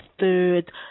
third